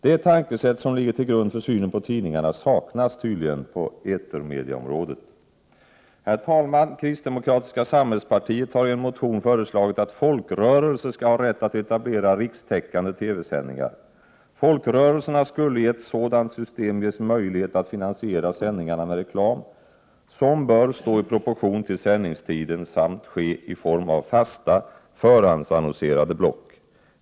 Det tänkesätt som ligger till grund för synen på tidningarna saknas tydligen på etermedieområdet. Herr talman! Kristdemokratiska samhällspartiet har i en motion föreslagit att folkrörelser skall ha rätt att etablera rikstäckande TV-sändningar. Folkrörelserna skulle i ett sådant system ges möjlighet att finansiera sändningarna med reklam som bör stå i proportion till sändningstiden samt ske i form av fasta, förhandsannonserade block.